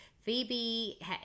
Phoebe